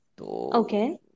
Okay